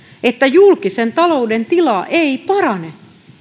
että julkisen talouden tila ei parane